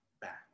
back